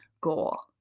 goal